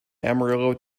amarillo